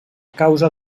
causa